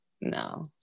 no